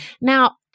Now